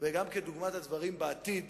וגם כדוגמת הדברים בעתיד